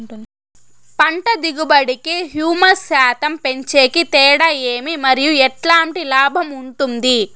పంట దిగుబడి కి, హ్యూమస్ శాతం పెంచేకి తేడా ఏమి? మరియు ఎట్లాంటి లాభం ఉంటుంది?